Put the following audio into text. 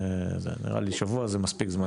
נראה לי שבוע זה מספיק זמן,